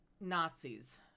Nazis